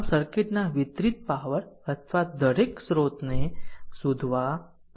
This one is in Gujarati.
આમ સર્કિટના વિતરિત પાવર દરેક સ્રોતને શોધવા પડશે